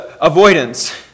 avoidance